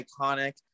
iconic